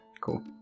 cool